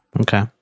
Okay